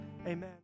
Amen